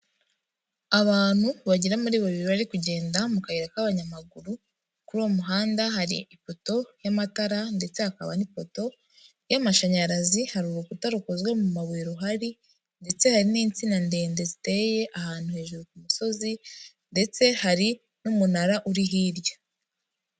Abantu bagera muri babiri bari kugenda mu kayira k'abanyamaguru, kuri uwo muhanda hari ipoto y'amatara ndetse hakaba n'ipoto y'amashanyarazi, hari urukuta rukozwe mu mabuye ruhari ndetse hari n'insina ndende ziteye ahantu hejuru ku musozi ndetse hari n'umunara uri hirya.